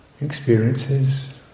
experiences